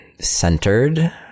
centered